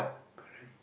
correct